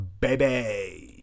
baby